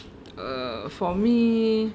err for me